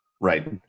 Right